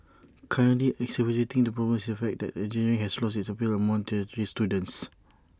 currently exacerbating the problem is the fact that engineering has lost its appeal among tertiary students